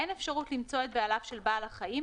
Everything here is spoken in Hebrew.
אין אפשרות למצוא את בעליו של בעל החיים,